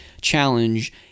challenge